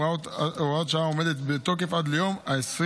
הוראת השעה עומדת בתוקף עד ליום 26